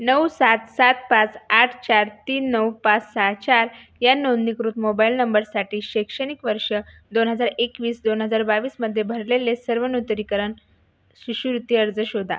नऊ सात सात पाच आठ चार तीन नऊ पाच सहा चार या नोंदणीकृत मोबाइल नंबरसाठी शैक्षणिक वर्ष दोन हजार एकवीस दोन हजार बावीसमध्ये भरलेले सर्व नूतनीकरण शिष्यवृत्ती अर्ज शोधा